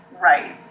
Right